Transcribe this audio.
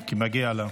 ברור, כי מגיע לה.